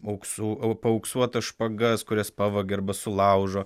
auksu paauksuotas špagas kurias pavagia arba sulaužo